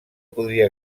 podria